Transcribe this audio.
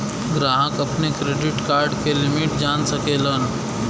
ग्राहक अपने credit card क लिमिट जान सकलन